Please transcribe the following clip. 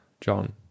JOHN